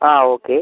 ആ ഓക്കെ